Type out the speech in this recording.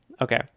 Okay